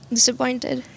Disappointed